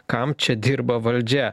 kam čia dirba valdžia